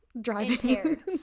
driving